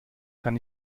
kann